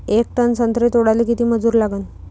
येक टन संत्रे तोडाले किती मजूर लागन?